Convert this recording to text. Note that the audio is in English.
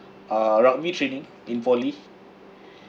uh rugby training in poly